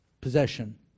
possession